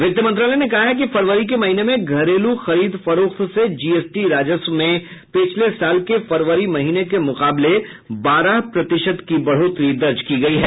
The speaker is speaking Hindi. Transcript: वित्त मंत्रालय ने कहा है कि फरवरी के महीने में घरेलू खरीद फरोक्त से जीएसटी राजस्व में पिछले साल के फरवरी महीने के मुकाबले बाहर प्रतिशत की बढोत्तरी दर्ज की गई है